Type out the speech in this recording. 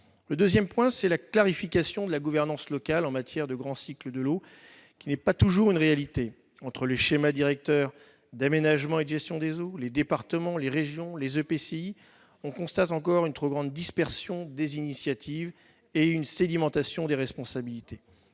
Le deuxième point est la clarification de la gouvernance locale en matière de grand cycle de l'eau, qui n'est pas toujours une réalité : entre les schémas directeurs d'aménagement et de gestion des eaux (Sdage), les départements, les régions et les EPCI, on constate encore une trop grande dispersion des initiatives et une sédimentation des responsabilités.